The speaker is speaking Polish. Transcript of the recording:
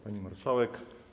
Pani Marszałek!